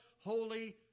holy